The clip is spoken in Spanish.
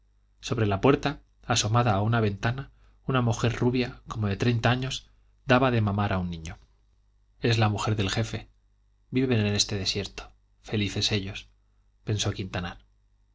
sobre la puerta asomada a una ventana una mujer rubia como de treinta años daba de mamar a un niño es la mujer del jefe viven en este desierto felices ellos pensó quintanar